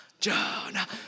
Jonah